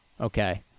Okay